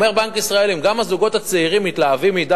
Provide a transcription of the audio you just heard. אומר בנק ישראל: אם גם הזוגות הצעירים מתלהבים מדי